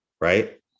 Right